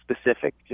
specific